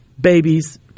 babies